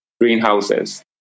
greenhouses